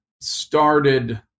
Started